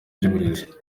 ry’uburezi